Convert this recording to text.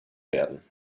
werden